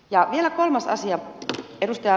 vielä kolmas asia